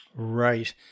Right